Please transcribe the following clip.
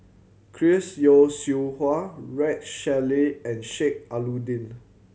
Chris Yeo Siew Hua Rex Shelley and Sheik Alau'ddin